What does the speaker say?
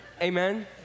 Amen